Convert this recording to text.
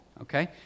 okay